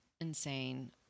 insane